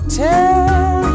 tell